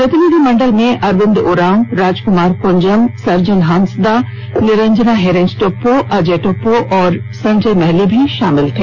प्रतिनिधिमंडल में अरविंद उरांव राजकुमार कुंजाम सर्जन हांसदा निरंजना हेरेंज टोप्पो अजय टोप्पो और संजय महली आदि शामिल थे